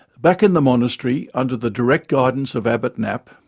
back in the monastery under the direct guidance of abbot napp,